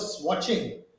watching